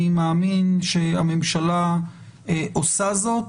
אני מאמין שהממשלה עושה זאת,